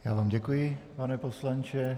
Já vám děkuji, pane poslanče.